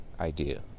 idea